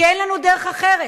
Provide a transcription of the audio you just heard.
כי אין לנו דרך אחרת.